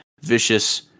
vicious